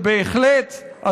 ובהחלט,